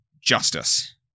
justice